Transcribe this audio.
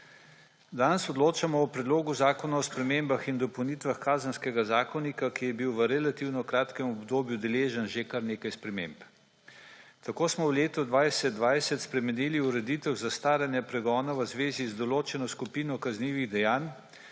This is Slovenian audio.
Danes odločamo o Predlogu zakona o spremembah in dopolnitvah Kazenskega zakonika, ki je bil v relativno kratkem obdobju deležen že kar nekaj sprememb. Tako smo v letu 2020 spremenili ureditev zastaranja pregona v zvezi z določeno skupino kaznivih dejanj,